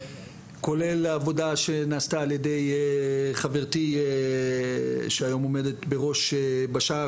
כולל העבודה שנעשתה על ידי חברתי שהיום עומדת בראש בשער,